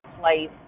place